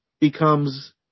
becomes